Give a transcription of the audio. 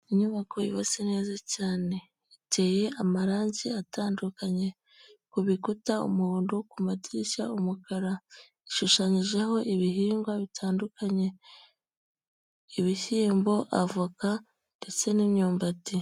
Inyubako yubatse neza cyane iteye amarangi atandukanye ku bikuta umuhondo, ku madirishya umukara ishushanyijeho ibihingwa bitandukanye: ibishyimbo, avoka, ndetse n'imyumbati.